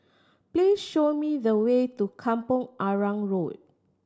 please show me the way to Kampong Arang Road